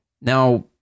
Now